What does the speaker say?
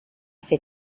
fer